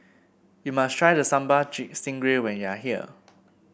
you must try the Sambal Stingray when you are here